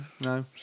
no